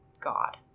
God